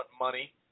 money